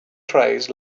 trays